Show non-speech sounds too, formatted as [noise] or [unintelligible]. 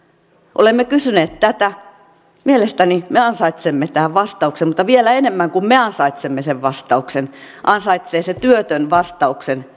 olemme kysyneet tätä mielestäni me ansaitsemme tähän vastauksen mutta vielä enemmän kuin me ansaitsemme sen vastauksen ansaitsee se työtön vastauksen [unintelligible]